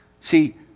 See